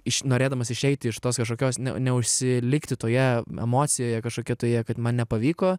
iš norėdamas išeiti iš tos kažkokios neužsilikti toje emocijoje kažkokioje toje kad man nepavyko